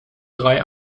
drei